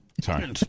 Sorry